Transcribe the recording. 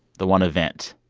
the one event